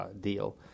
deal